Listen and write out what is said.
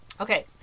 Okay